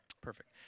perfect